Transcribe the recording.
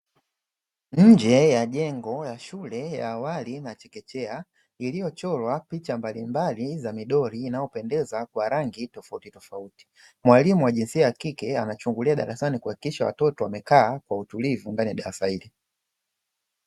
Nje ya jengo ya shule ya awali na chekechea, iliyochorwa picha mbalimbali za midoli inayopendeza kwa rangi tofauti tofauti, mwalimu wa jinsia ya kike anachungulia darasani kuhakikisha watoto wamekaa kwa utulivu ndani ya darasa hili.